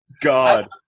God